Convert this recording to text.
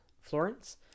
Florence